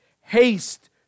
haste